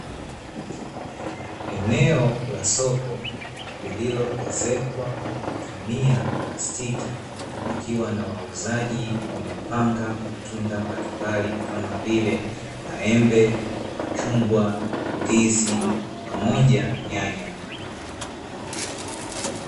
Eneo la soko lililoezekwa kwa kutumia plastiki, likiwa na wauzaji wamepanga matunda mbalimbali kama vile maembe, machungwa, ndizi pamoja na nyanya.